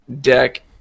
deck